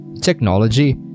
technology